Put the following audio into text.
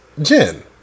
jen